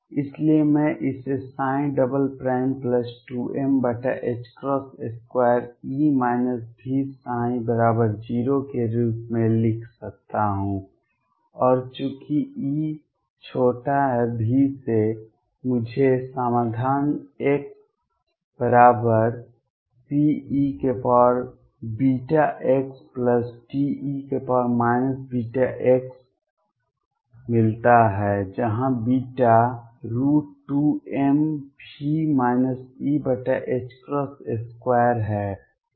इसलिए मैं इसे 2m2E Vψ0 के रूप में लिख सकता हूं और चूंकि E V मुझे समाधान xCeβxDe βx मिलता है जहां β √2m2 है